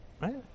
right